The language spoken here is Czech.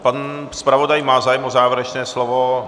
Pan zpravodaj má zájem o závěrečné slovo?